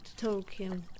Tolkien